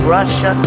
Russia